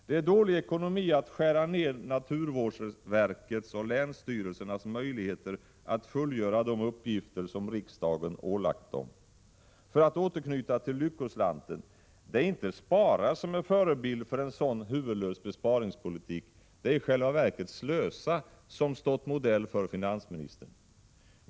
Det är dålig ekonomi att skära ned naturvårdsverkets och länsstyrelsernas möjligheter att fullgöra de uppgifter som riksdagen ålagt dem. För att återknyta till Lyckoslanten; det är inte Spara som är förebild för en sådan huvudlös besparingspolitik, utan det är i själva verket Slösa som stått modell för finansministern.